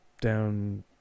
down